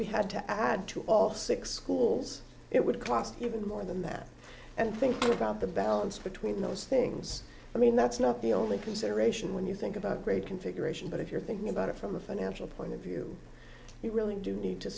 we had to add to all six schools it would cost even more than that and think about the balance between those things i mean that's not the only consideration when you think about great configuration but if you're thinking about it from a financial point of view we really do need to